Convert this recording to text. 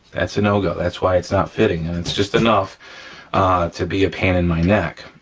that's a no go, that's why it's not fitting and it's just enough to be a pain in my neck.